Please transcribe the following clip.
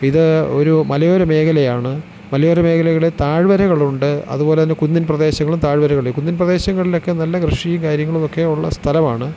ഇത് ഒരു മലയോര മേഖലയാണ് മലയോര മേഖലകളെ താഴ്വരകളുണ്ട് അതുപോലെ തന്നെ കുന്നിൻ പ്രദേശങ്ങളും താഴ്വരകൾ കുന്നിൻ പ്രദേശങ്ങളിലൊക്കെ നല്ല കൃഷിയും കാര്യങ്ങളുമൊക്കെയുള്ള സ്ഥലമാണ്